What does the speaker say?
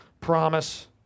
Promise